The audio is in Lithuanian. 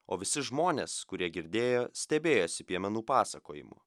o visi žmonės kurie girdėjo stebėjosi piemenų pasakojimu